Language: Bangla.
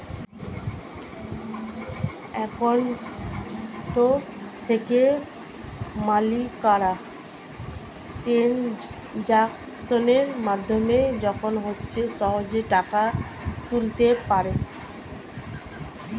অ্যাকাউন্ট থেকে মালিকরা ট্রানজাকশনের মাধ্যমে যখন ইচ্ছে সহজেই টাকা তুলতে পারে